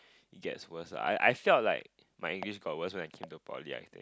it gets worse lah I I felt like my English got worse when I came to poly I think